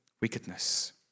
wickedness